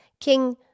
King